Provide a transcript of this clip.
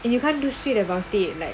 and you can't do shit about it like